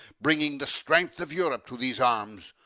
bringing the strength of europe to these arms,